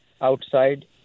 outside